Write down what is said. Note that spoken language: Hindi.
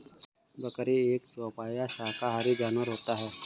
बकरी एक चौपाया शाकाहारी जानवर होता है